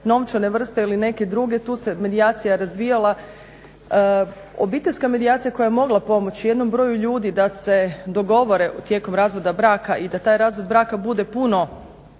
novčane vrste ili neke druge tu se medijacija razvijala, obiteljska medijacija koja je mogla pomoći jednom broju ljudi da se dogovore tijekom razvoda braka i da taj razvod braka bude puno